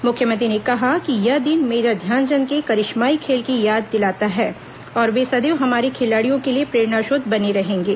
मुख्यमंत्री ने कहा कि यह दिन मेजर ध्यानचंद के करिश्माई खेल की याद दिलाता है और वे सदैव हमारे खिलाड़ियों के लिए प्रेरणास्त्रोत बने रहेंगे